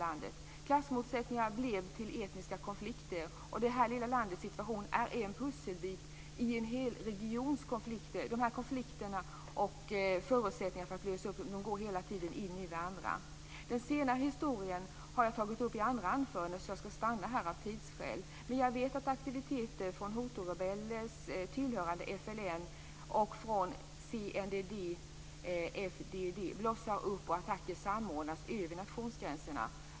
Klassmotsättningar blev till etniska konflikter. Och detta lilla lands situation är en pusselbit i en hel regions konflikter. Konflikterna går hela tiden in i varandra. Den senare historien har jag tagit upp i andra anföranden så jag stannar här av tidsskäl. Men vi vet att aktiviteter från huturebeller tillhörande FLN och från CNDD-FDD, blossar upp, och attacker samordnas över nationsgränserna.